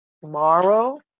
Tomorrow